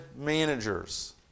managers